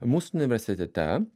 mūsų universitete